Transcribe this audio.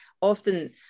often